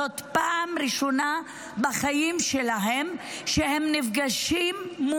זאת פעם ראשונה בחיים שלהם שהם נפגשים עם